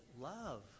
love